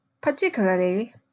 particularly